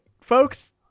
folks